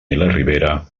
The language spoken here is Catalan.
ribera